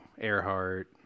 Earhart